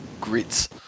grits